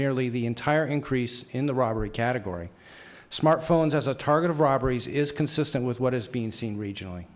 nearly the entire increase in the robbery category smartphones as a target of robberies is consistent with what is being seen regionally